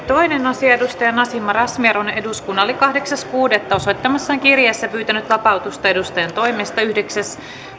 toinen asia nasima razmyar on eduskunnalle kahdeksas kuudetta kaksituhattaseitsemäntoista osoittamassaan kirjeessä pyytänyt vapautusta edustajantoimesta yhdeksäs